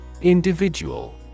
Individual